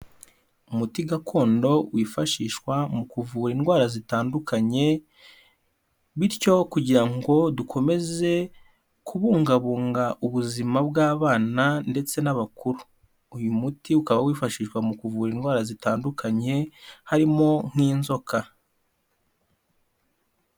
Umuti gakondo wifashishwa mu kuvura indwara zitandukanye, bityo kugira ngo dukomeze kubungabunga ubuzima bw'abana ndetse n'abakuru. Uyu muti ukaba wifashishwa mu kuvura indwara zitandukanye harimo nk'inzoka.